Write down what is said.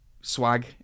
swag